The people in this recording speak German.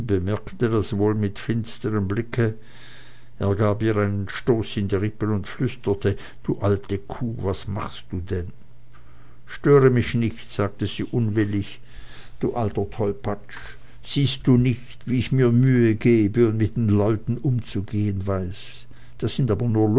bemerkte das wohl mit finsterm blicke er gab ihr einen stoß in die rippen und flüsterte du alte kuh was machst du denn störe mich nicht sagte sie unwillig du alter tolpatsch siehst du nicht wie ich mir mühe gebe und mit den leuten umzugehen weiß das sind aber nur